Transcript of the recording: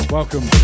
Welcome